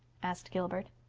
asked gilbert.